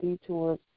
detours